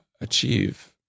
achieve